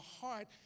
heart